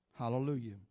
Hallelujah